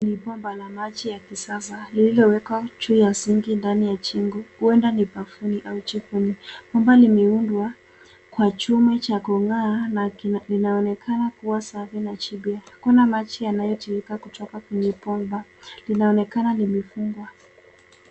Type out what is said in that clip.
Ni bomba la maji ya kisasa lililowekwa juu ya sinki ndani ya jengo , huenda ni bafuni au jikoni. Bomba limeundwa kwa chuma cha kung'aa na inaonekana kuwa safi na jipya. Hakuna maji yanayotiririka kutoka kwenye bomba. Linaonekana limefungwa.